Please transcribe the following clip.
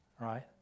right